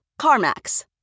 CarMax